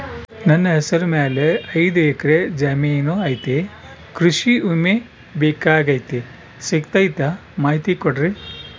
ನನ್ನ ಹೆಸರ ಮ್ಯಾಲೆ ಐದು ಎಕರೆ ಜಮೇನು ಐತಿ ಕೃಷಿ ವಿಮೆ ಬೇಕಾಗೈತಿ ಸಿಗ್ತೈತಾ ಮಾಹಿತಿ ಕೊಡ್ರಿ?